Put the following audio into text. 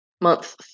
month